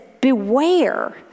beware